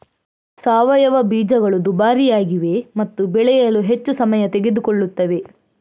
ಸಾವಯವ ಬೀಜಗಳು ದುಬಾರಿಯಾಗಿವೆ ಮತ್ತು ಬೆಳೆಯಲು ಹೆಚ್ಚು ಸಮಯ ತೆಗೆದುಕೊಳ್ಳುತ್ತವೆ